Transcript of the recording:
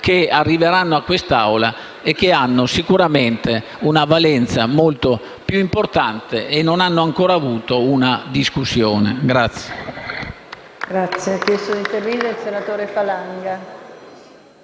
che arriveranno in quest'Aula e che hanno sicuramente una valenza molto più importante e non sono stati ancora oggetto di discussione.